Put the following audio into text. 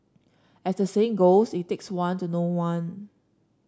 as the saying goes it takes one to know one